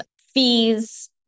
Fees